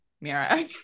Mira